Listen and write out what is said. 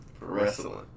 wrestling